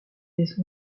des